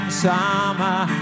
summer